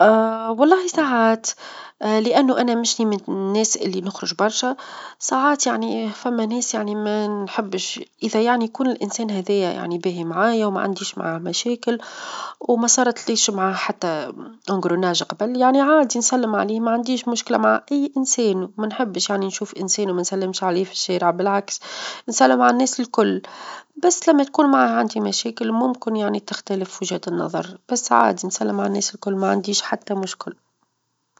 ا والله ساعات؛ لأنه أنا مشني من الناس اللي نخرج برشا، ساعات يعني فما ناس يعني ما نحبش إذا يعني يكون الإنسان هذايا يعني باهي معايا، وما عنديش معه مشاكل، وما صارت ليش معاه حتى خناقة قبل يعني عادي نسلم عليه ما عنديش مشكلة مع أي إنسان، ومنحبش يعنى نشوف إنسان وما نسلمش عليه في الشارع بالعكس نسلم على الناس الكل، بس لما تكون معاه عندي مشاكل ممكن يعني تختلف وجهة النظر، بس عادي نسلم على الناس الكل ما عنديش حتى مشكل.